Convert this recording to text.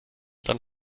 dann